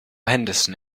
henderson